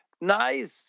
nice